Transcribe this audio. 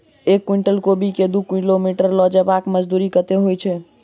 एक कुनटल कोबी केँ दु किलोमीटर लऽ जेबाक मजदूरी कत्ते होइ छै?